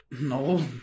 No